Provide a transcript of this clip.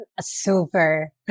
Super